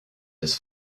his